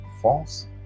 false